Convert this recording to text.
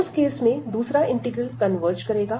उस केस में दूसरा इंटीग्रल कन्वर्ज करेगा